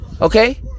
okay